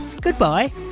goodbye